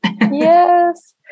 Yes